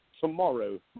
tomorrow